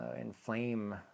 inflame